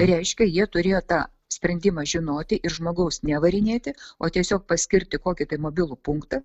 reiškia jie turėjo tą sprendimą žinoti ir žmogaus nevarinėti o tiesiog paskirti kokį tai mobilų punktą